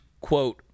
quote